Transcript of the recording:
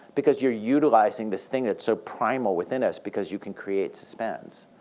because you're utilizing this thing that's so primal within us because you can create suspense.